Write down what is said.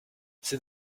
c’est